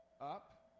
up